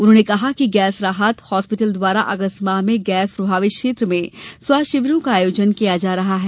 उन्होंने कहा कि गैस राहत हॉस्पिटल द्वारा अगस्त माह में गैस प्रभावित क्षेत्र में स्वास्थ्य शिविरों का आयोजन किया जा रहा है